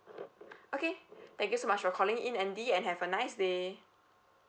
okay thank you so much for calling in andy and have a nice day